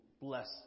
bless